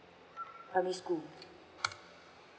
primary school